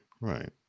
right